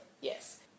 Yes